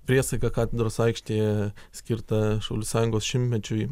priesaiką katedros aikštėje skirtą šaulių sąjungos šimtmečiui